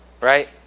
right